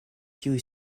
kiuj